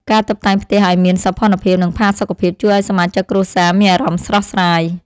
ការតុបតែងផ្ទះឱ្យមានសោភ័ណភាព និងផាសុកភាពជួយឱ្យសមាជិកគ្រួសារមានអារម្មណ៍ស្រស់ស្រាយ។